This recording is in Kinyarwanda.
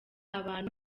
abantu